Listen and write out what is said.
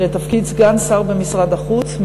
לתפקיד סגן שר במשרד החוץ,